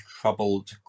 troubled